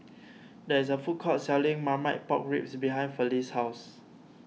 there is a food court selling Marmite Pork Ribs behind Felice's house